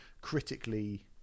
critically